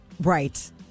Right